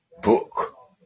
book